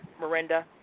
Miranda